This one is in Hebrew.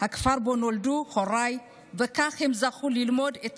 הכפר שבו נולדו הוריי, וכך הם זכו ללמוד את